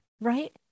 right